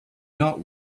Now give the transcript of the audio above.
not